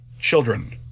children